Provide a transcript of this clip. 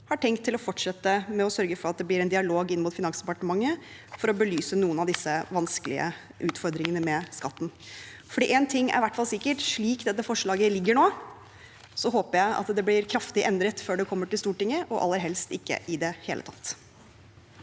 har tenkt å fortsette med å sørge for at det blir en dialog inn mot Finansdepartementet for å belyse noen av disse vanskelige utfordringene med skatten. Én ting er i hvert fall sikkert: Slik dette forslaget ligger nå, håper jeg at det blir kraftig endret før det kommer til Stortinget, og at det aller helst ikke kommer i det hele tatt.